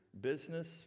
business